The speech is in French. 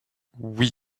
oui